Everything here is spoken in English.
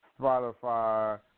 Spotify